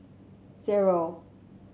zero